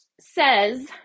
says